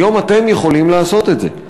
היום אתם יכולים לעשות את זה.